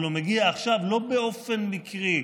אבל הוא מגיע עכשיו לא באופן מקרי,